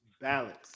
balance